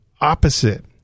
opposite